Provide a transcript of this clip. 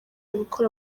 gukora